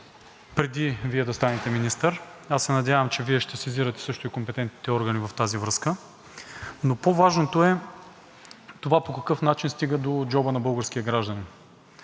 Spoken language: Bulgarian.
преди Вие да станете министър, аз се надявам, че Вие ще сезирате също и компетентните органи в тази връзка, но по важното е това по какъв начин стига до джоба на българския гражданин.